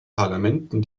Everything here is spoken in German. parlamenten